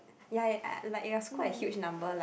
ya ya like it was a quite huge number like